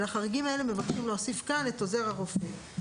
לחריגים האלה מבקשים להוסיף כאן את עוזר הרופא.